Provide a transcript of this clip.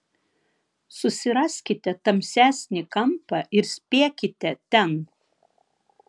susiraskite tamsesnį kampą ir spiekite ten